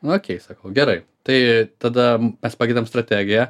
nu okei sakau gerai tai tada mes pakeitėm strategiją